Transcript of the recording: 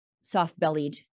soft-bellied